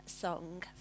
song